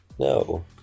No